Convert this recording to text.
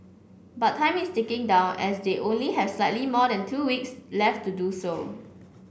but time is ticking down as they only have slightly more than two weeks left to do so